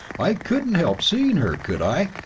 i couldn't help seeing her, could i?